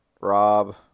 Rob